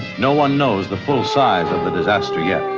no one knows the full size of the disaster yet.